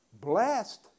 blessed